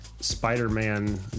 Spider-Man